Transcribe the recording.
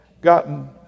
gotten